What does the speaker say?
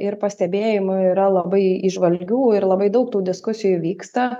ir pastebėjimų yra labai įžvalgių ir labai daug tų diskusijų vyksta